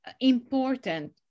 important